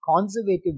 conservative